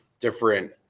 different